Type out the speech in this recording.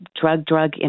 drug-drug